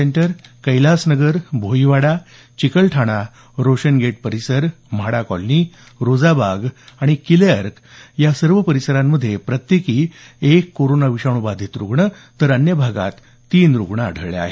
centre Kailas Nagar Bhoiwada Chikalthana Roshan Gate परिसर MHADA colony Rozabagh आणि किल्लेअर्क या भागात प्रत्येकी एक कोराना विषाणू बाधित तर अन्य भागात तीन रुग्ण आढळले आहेत